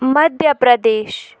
Madhya Pradesh